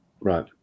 Right